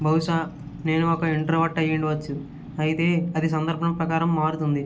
బహుశా నేను ఒక ఇంట్రావర్ట్ అయి ఉండవచ్చు అయితే అది సందర్భం ప్రకారం మారుతుంది